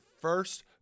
first